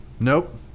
Nope